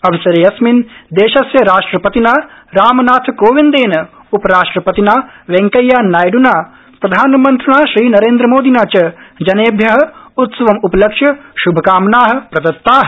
अवसरे अस्मिन् देशस्य राष्ट्रपतिना रामनाथकोविन्देन उपराष्ट्रपतिना वेंकैयानायइना प्रधानमन्त्रिणा श्रीनरेन्द्रमोदिना च जनेभ्य उत्सवम्पलक्ष्य श्भकामना प्रदत्ता